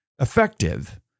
effective